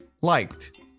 Liked